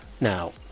now